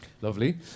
Lovely